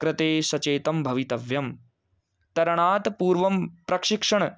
कृते सचेतं भवितव्यम् तरणात् पूर्वं प्रशिक्षणं